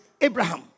Abraham